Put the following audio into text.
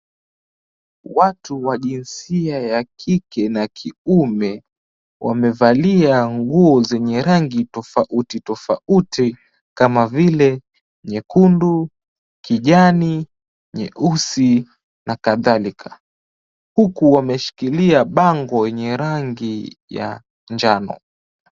Watu wa jinsia ya kike na kiume wamevalia nguo zenye rangi tofauti tofauti kama vile nyekundu, kijani, nyeusi na kadhalika huku wameshikilia bango yenye rangi ya njano.